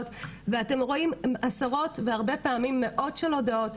ואתם רואים עשרות והרבה פעמים מאות של הודעות,